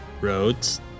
Roads